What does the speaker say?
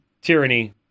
tyranny